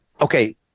Okay